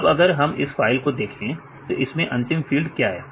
अब अगर हम इस फाइल को देखें तो इसमें अंतिम फील्ड क्या है